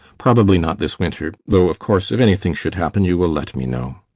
probably not this winter, though, of course, if anything should happen you will let me know.